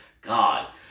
God